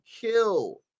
kill